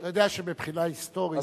אתה יודע שמבחינה היסטורית,